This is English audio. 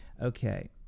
Okay